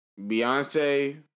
Beyonce